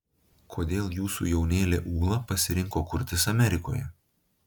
kodėl jūsų jaunėlė ūla pasirinko kurtis amerikoje